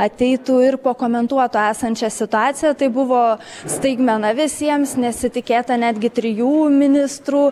ateitų ir pakomentuotų esančią situaciją tai buvo staigmena visiems nesitikėta netgi trijų ministrų